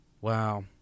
Wow